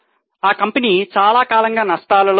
ఆ కంపెనీ చాలా కాలంగా నష్టాలలో ఉంది